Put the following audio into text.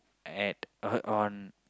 at on on